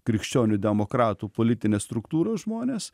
krikščionių demokratų politinės struktūros žmonės